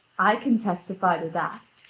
i can testify to that,